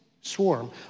swarm